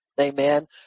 amen